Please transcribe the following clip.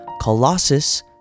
colossus